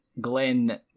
Glenn